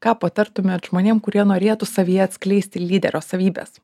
ką patartumėt žmonėm kurie norėtų savyje atskleisti lyderio savybes